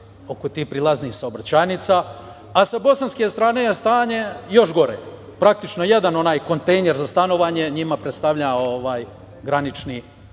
oko tih prilaznih saobraćajnica, a sa bosanske strane je stanje još gore. Praktično, jedan onaj kontejner za stanovanje njima predstavlja granični prelaz.